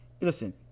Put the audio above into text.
listen